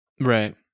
Right